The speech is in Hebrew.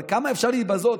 אבל כמה אפשר להתבזות?